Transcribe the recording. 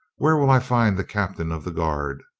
where will i find the captain of the guard?